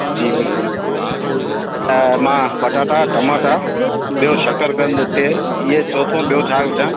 जी बिल्कुलु त मां पटाटा टमाटा ॿियो शकरकंद टे इहे चोथों ॿियो छा विझां